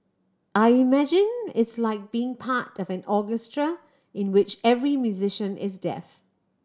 I imagine it's like being part of an orchestra in which every musician is deaf